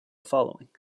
following